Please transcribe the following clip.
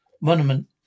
monument